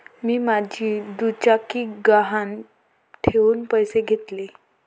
मी माझी दुचाकी गहाण ठेवून पैसे घेतले